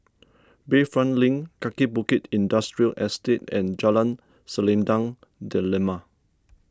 Bayfront Link Kaki Bukit Industrial Estate and Jalan Selendang Delima